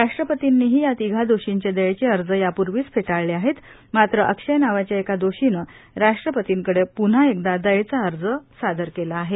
राष्ट्रपतींनीही या तिघा दोषींचे दयेचे अर्ज यापूर्वीच फेटाळले आहेत मात्र अक्षय नावाच्या एका दोषीने राष्ट्रपर्तींकडे प्न्हा एकदा दयेचा अर्ज केला आहे